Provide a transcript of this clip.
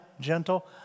gentle